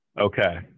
Okay